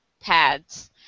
pads